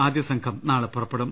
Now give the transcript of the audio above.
ആദ്യസംഘം നാളെ പുറപ്പെടും